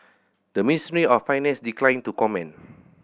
the Ministry of Finance declined to comment